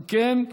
אם כן,